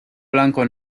blanco